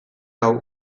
hau